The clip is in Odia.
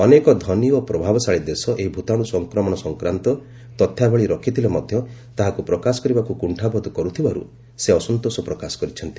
ଅନେକ ଧନୀ ଓ ପ୍ରଭାବଶାଳୀ ଦେଶ ଏହି ଭୂତାଣୁ ସଂକ୍ରମଣ ସଂକ୍ରାନ୍ତ ତଥ୍ୟାବଳୀ ରଖିଥିଲେ ମଧ୍ୟ ତାହାକୁ ପ୍ରକାଶ କରିବାକୁ କୁଣ୍ଠାବୋଧ କରୁଥିବାରୁ ସେ ଅସନ୍ତୋଷ ପ୍ରକାଶ କରିଛନ୍ତି